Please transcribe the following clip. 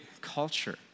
culture